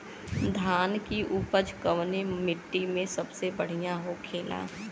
धान की उपज कवने मिट्टी में सबसे बढ़ियां होखेला?